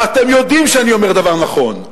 ואתם יודעים שאני אומר דבר נכון,